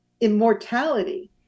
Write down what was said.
immortality